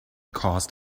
caused